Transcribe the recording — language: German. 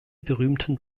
berühmten